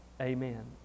Amen